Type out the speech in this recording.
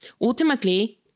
Ultimately